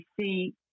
see